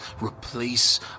replace